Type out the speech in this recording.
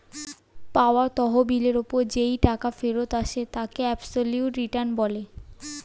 পাওয়া তহবিলের ওপর যেই টাকা ফেরত আসে তাকে অ্যাবসোলিউট রিটার্ন বলে